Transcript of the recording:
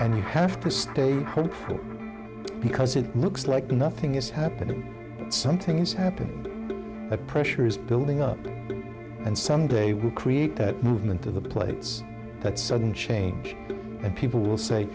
and you have to stay home because it looks like nothing is happening but something is happening the pressure is building up and some day we create that movement of the plates that sudden change and people will say